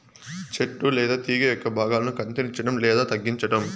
చెట్టు లేదా తీగ యొక్క భాగాలను కత్తిరించడం లేదా తగ్గించటం